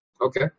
okay